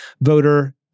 voter